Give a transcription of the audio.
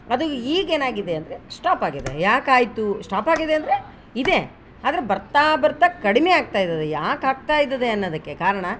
ಅದು ಈಗ ಏನಾಗಿದೆ ಅಂದರೆ ಸ್ಟಾಪ್ ಆಗಿದೆ ಯಾಕೆ ಆಯಿತು ಸ್ಟಾಪ್ ಆಗಿದೆ ಅಂದರೆ ಇದೆ ಆದ್ರೆ ಬರ್ತಾ ಬರ್ತಾ ಕಡಿಮೆ ಆಗ್ತಾ ಇರೋದ್ ಯಾಕೆ ಆಗ್ತಾಯಿದೆ ಅನ್ನೋದಕ್ಕೆ ಕಾರಣ